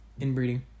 Inbreeding